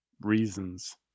reasons